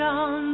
on